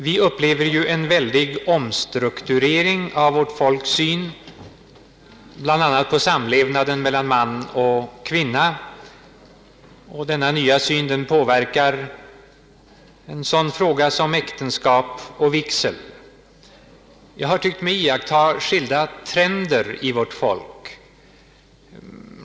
Vi upplever ju en väldig omstrukturering av vårt folks syn bl.a. på samlevnaden mellan man och kvinna. Denna nya syn påverkar frågan om äktenskap och vigsel. Jag har tyckt mig iaktta skilda trender hos vårt folk.